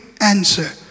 answer